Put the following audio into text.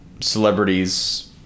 celebrities